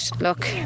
look